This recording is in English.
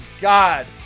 God